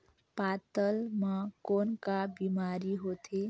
पातल म कौन का बीमारी होथे?